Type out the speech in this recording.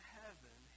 heaven